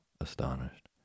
astonished